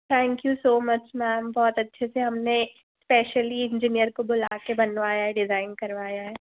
thank you so much ma'am बहुत अच्छे से हमने स्पेशली इंजीनियर को बुलाके बनवाया है डिजाइन करवाया है